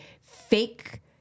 fake